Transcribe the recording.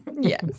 Yes